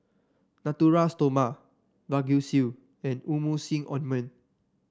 Natura Stoma Vagisil and Emulsying Ointment